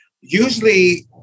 usually